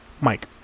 Mike